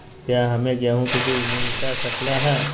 क्या हमे गेंहू के बीज मिलता सकता है?